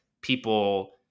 people